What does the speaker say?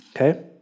Okay